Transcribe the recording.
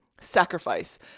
sacrifice